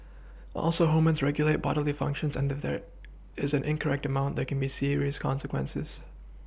also hormones regulate bodily functions and if there is an incorrect amount there can be serious consequences